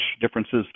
differences